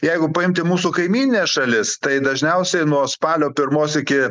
jeigu paimti mūsų kaimynines šalis tai dažniausiai nuo spalio pirmos iki